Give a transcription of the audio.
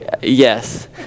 Yes